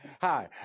Hi